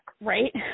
right